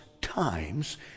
times